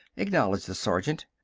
acknowledged the sergeant.